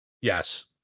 Yes